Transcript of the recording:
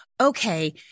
okay